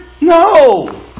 No